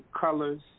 colors